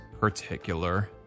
particular